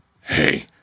Hey